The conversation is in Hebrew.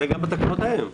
זה גם בתקנות ההן.